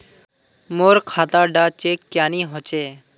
मोर खाता डा चेक क्यानी होचए?